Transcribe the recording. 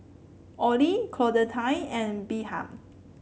Olie Claudette and Birtha